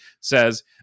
says